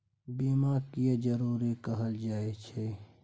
बीमा किये जरूरी कहल जाय छै?